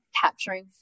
capturing